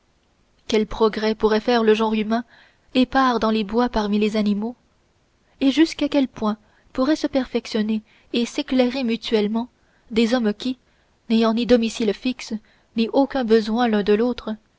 quel progrès pourrait faire le genre humain épars dans les bois parmi les animaux et jusqu'à quel point pourraient se perfectionner et s'éclairer mutuellement des hommes qui n'ayant ni domicile fixe ni aucun besoin l'un de l'autre